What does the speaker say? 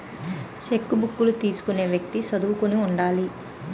చెక్కుబుక్కులు తీసుకునే వ్యక్తి చదువుకుని ఉండాలి